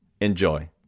Enjoy